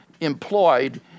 employed